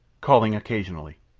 calling occasionally.